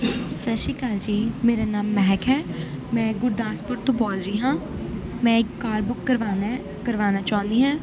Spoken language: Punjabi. ਸਤਿ ਸ਼੍ਰੀ ਅਕਾਲ ਜੀ ਮੇਰਾ ਨਾਮ ਮਹਿਕ ਹੈ ਮੈਂ ਗੁਰਦਾਸਪੁਰ ਤੋਂ ਬੋਲ ਰਹੀ ਹਾਂ ਮੈਂ ਇੱਕ ਕਾਰ ਬੁੱਕ ਕਰਵਾਉਣਾ ਕਰਵਾਉਣਾ ਚਾਹੁੰਦੀ ਹਾਂ